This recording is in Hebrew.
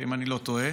אם אני לא טועה.